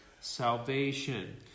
salvation